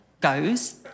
goes